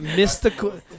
mystical